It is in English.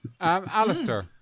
Alistair